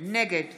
נגד